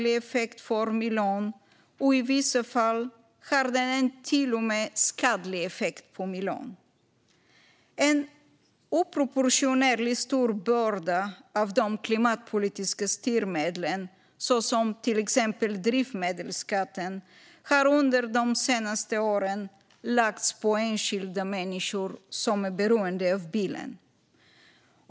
I vissa fall har den till och med en skadlig effekt på miljön. Av de klimatpolitiska styrmedlen, till exempel drivmedelsskatten, har en oproportionerligt stor börda under de senaste åren lagts på enskilda människor som är beroende av bilen.